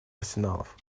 арсеналов